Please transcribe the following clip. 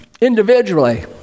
individually